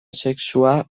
sexua